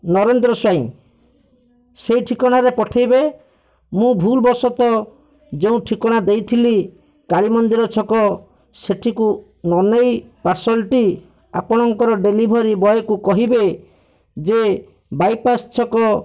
ନରେନ୍ଦ୍ର ସ୍ଵାଇଁ ସେ ଠିକଣାରେ ପଠେଇବେ ମୁଁ ଭୁଲ୍ ବଶତଃ ଯୋଉଁ ଠିକଣା ଦେଇଥିଲି କାଳୀ ମନ୍ଦିର ଛକ ସେଠିକୁ ନ ନେଇ ପାର୍ସଲ୍ ଟି ଆପଣଙ୍କର ଡେଲିଭରି ବୟକୁ କହିବେ ଯେ ବାଇପାସ୍ ଛକ